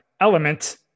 element